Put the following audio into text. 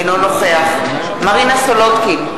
אינו נוכח מרינה סולודקין,